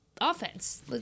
offense